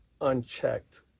unchecked